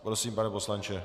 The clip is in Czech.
Prosím, pane poslanče.